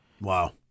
Wow